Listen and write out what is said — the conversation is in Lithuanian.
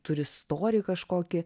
turi storį kažkokį